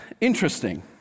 interesting